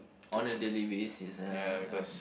on a daily basis ya ya